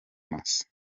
masa